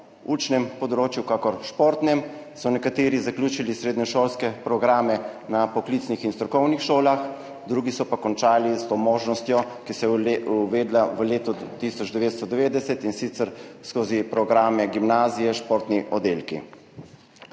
učnem področju kakor športnem. Nekateri so zaključili srednješolske programe na poklicnih in strokovnih šolah, drugi so pa končali s to možnostjo, ki se je uvedla v letu 1990, in sicer skozi program gimnazija, športni oddelki.